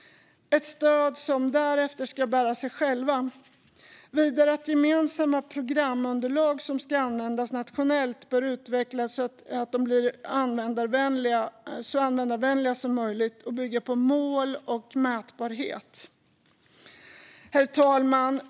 Därefter ska dessa bära sig själva. Vidare bör gemensamma programunderlag som ska användas nationellt utvecklas för att bli så användarvänliga som möjligt och bygga på mål och mätbarhet. Herr talman!